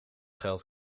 geld